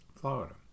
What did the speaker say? Florida